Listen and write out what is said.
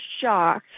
shocked